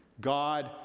God